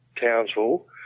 Townsville